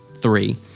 three